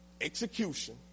execution